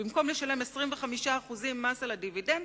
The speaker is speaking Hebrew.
במקום לשלם 25% מס על הדיבידנד,